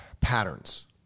patterns